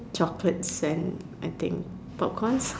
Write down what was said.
chocolates and I think popcorn